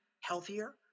healthier